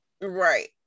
Right